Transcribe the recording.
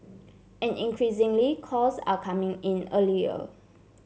and increasingly calls are coming in earlier